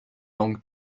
langue